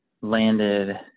landed